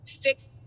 fix